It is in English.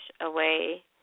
away